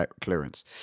clearance